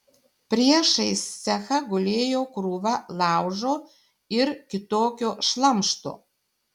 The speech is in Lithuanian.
priešais cechą gulėjo krūva laužo ir kitokio šlamšto